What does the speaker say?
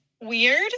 weird